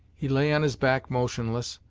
he lay on his back motionless,